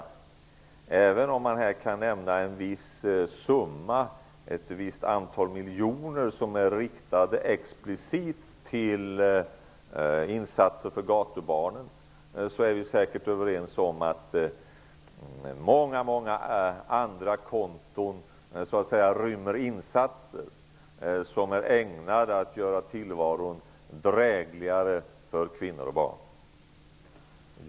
Även om man här kan nämna en viss summa, ett visst antal miljoner, som explicit är riktade till insatser för gatubarnen, är vi säkert överens om att många andra konton också inrymmer insatser som är ägnade att göra tillvaron drägligare för kvinnor och barn.